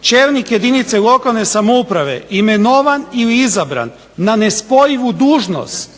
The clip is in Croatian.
čelnik jedinice lokalne samouprave imenovan ili izabran na nespojivu dužnost,